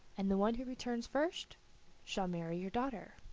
and the one who returns first shall marry your daughter.